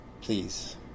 please